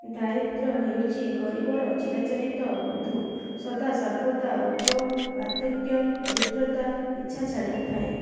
ଦାରିଦ୍ର ହେଉଛି ଗରିବର ଚିରାଚରିତ ବନ୍ଧୁ ସଦା ସର୍ବଦା ରୋଗ ବାର୍ଦ୍ଧକ୍ୟ ଦାରିଦ୍ରତା ପିଛା ଛାଡ଼ି ନ ଥାଏ